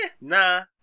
nah